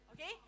Okay